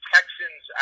Texans